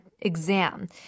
exam